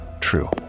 True